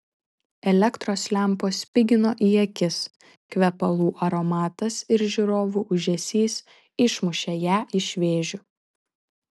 elektros lempos spigino į akis kvepalų aromatas ir žiūrovų ūžesys išmušė ją iš vėžių